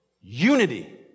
Unity